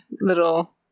little